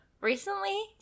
Recently